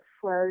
flows